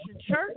church